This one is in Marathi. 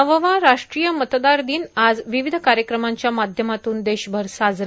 नववा राष्ट्रीय मतदार दिन आज विविध कार्यक्रमांच्या माध्यतातून देशभर साजरा